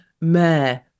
mayor